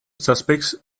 suspects